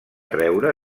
treure